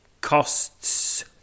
costs